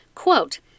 Quote